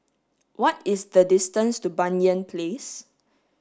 what is the distance to Banyan Place